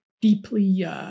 deeply